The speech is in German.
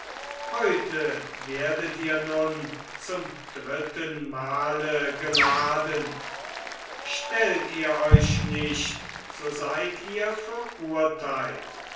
heute werdet ihr nun zum dritten male geladen stellt ihr euch nicht so seid ihr verurteilt